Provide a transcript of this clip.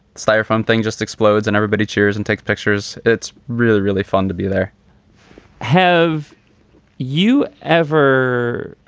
styrofoam thing just explodes and everybody cheers and takes pictures. it's really, really fun to be there have you ever